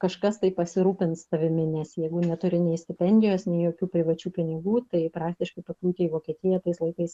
kažkas tai pasirūpins tavimi nes jeigu neturi nei stipendijos nei jokių privačių pinigų tai praktiškai pakliūti į vokietiją tais laikais